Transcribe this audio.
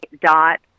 dot